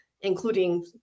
including